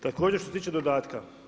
Također što se tiče dodatka.